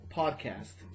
podcast